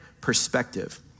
perspective